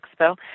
expo